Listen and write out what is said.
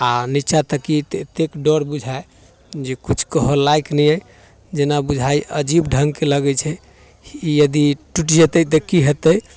आ नीचाँ तकियै तऽ एतेक डर बुझाइ जे किछु कहऽ लायक नहि अइ जेना बुझाइ अजीब ढङ्गके लगैत छै यदि टुटि जेतै तऽ की होयतै